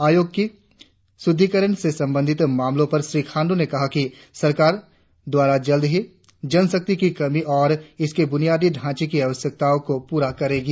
आयोग की सुदृढीकरण से संबंधित मामलों पर श्री खांडू ने कहा कि सरकार द्वारा जल्द ही जनशक्रि की कमी और इसके बुनियादी ढ़ांचे की आवश्यकताओं को पूरा करेगी